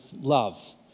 love